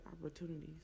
opportunities